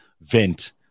vent